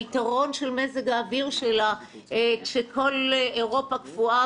היתרון של מזג האוויר שלה כשכל אירופה קפואה